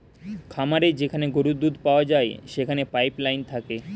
খামারে যেখানে গরুর দুধ পাওয়া যায় সেখানে পাইপ লাইন থাকে